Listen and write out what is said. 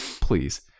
Please